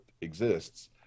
exists